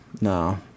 no